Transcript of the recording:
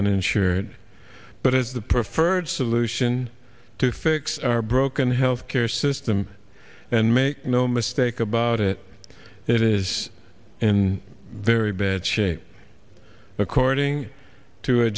uninsured but as the preferred solution to fix our broken health care system and make no mistake about it it is in very bad shape according to a